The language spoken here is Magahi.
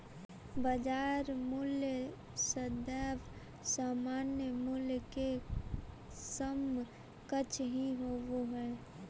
बाजार मूल्य सदैव सामान्य मूल्य के समकक्ष ही होवऽ हइ